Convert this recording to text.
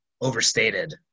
overstated